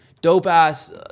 dope-ass